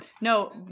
No